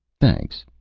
thanks.